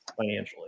financially